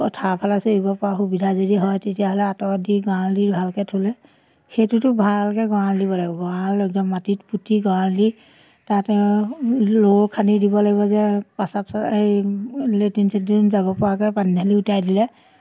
পথাৰৰ ফালে এৰিব পৰা সুবিধা যদি হয় তেতিয়াহ'লে আঁতৰত দি গঁৰাল দি ভালকৈ থ'লে সেইটোতো ভালকৈ গঁৰাল দিব লাগিব গঁৰাল একদম মাটিত পুতি গঁৰাল দি তাত লোৰ খান্দি দিব লাগিব যে প্ৰস্ৰাৱ চা এই লেট্ৰিন চেটিন যাব পৰাকৈ পানী ঢালি উটাই দিলে